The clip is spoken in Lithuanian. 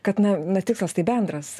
kad na na tikslas tai bendras